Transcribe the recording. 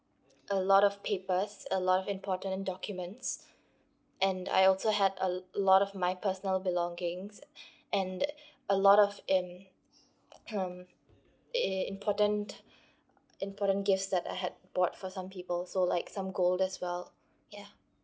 a lot of papers a lot of important documents and I also had a lot of my personal belongings and a lot of im~ i~ important important gifts that I had bought for some people so like some gold as well ya